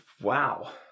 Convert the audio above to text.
Wow